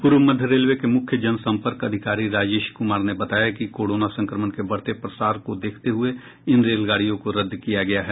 पूर्व मध्य रेलवे के मुख्य जनसम्पर्क अधिकारी राजेश कुमार ने बताया कि कोरोना संक्रमण के बढ़ते प्रसार को देखते हुये इन रेलगाड़ियों को रद्द किया गया है